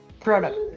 product